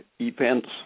events